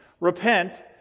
repent